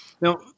Now